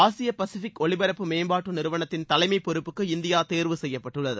ஆசிய பிசிபிக் ஒலிபரப்பு மேம்பாட்டு நிறுவனத்தின் தலைமைப் பொறுப்புக்கு இந்தியா தேர்வு செய்யப்பட்டுள்ளது